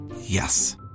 Yes